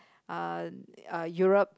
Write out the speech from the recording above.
uh uh Europe